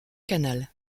canal